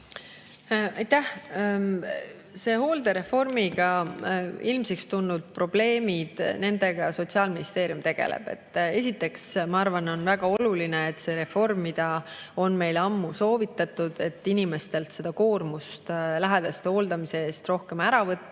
Hooldereformiga ilmsiks tulnud probleemidega Sotsiaalministeerium tegeleb. Esiteks, ma arvan, on väga oluline, et selle reformiga, mida on meile ammu soovitatud, millega inimestelt koormust lähedaste hooldamisel rohkem ära võtta,